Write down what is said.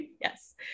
Yes